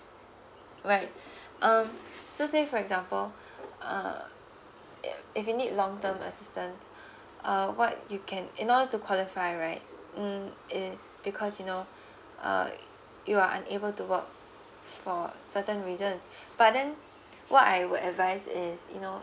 right um so say for example uh yup if you need long term assistance uh what you can in order to qualify right mm is because you know uh you're unable to work for certain reasons but then what I would advise is you know